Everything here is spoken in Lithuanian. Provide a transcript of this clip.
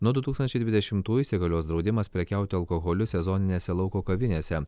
nuo du tūkstančiai dvidešimtųjų įsigalios draudimas prekiauti alkoholiu sezoninėse lauko kavinėse